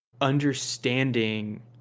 understanding